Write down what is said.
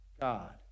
God